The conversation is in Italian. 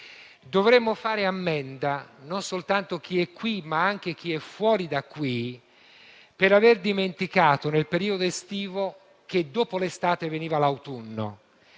Dovremmo fare ammenda - non soltanto chi è qui, ma anche chi è fuori da qui - per aver dimenticato nel periodo estivo che dopo l'estate veniva l'autunno